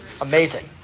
amazing